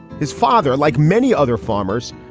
his father, like many other farmers,